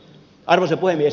arvoisa puhemies